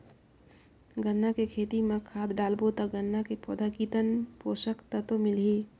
गन्ना के खेती मां खाद डालबो ता गन्ना के पौधा कितन पोषक तत्व मिलही?